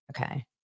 okay